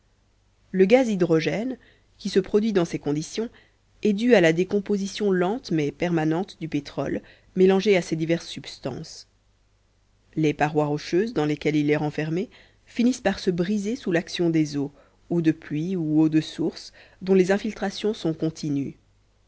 le gaz hydrogène qui se produit dans ces conditions est dû à la décomposition lente mais permanente du pétrole mélangé à ces diverses substances les parois rocheuses dans lesquelles il est renfermé finissent par se briser sous l'action des eaux eaux de pluie ou eaux de sources dont les infiltrations sont continues